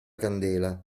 candela